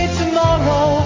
tomorrow